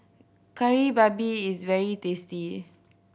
Kari Babi is very tasty